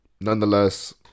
nonetheless